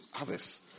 others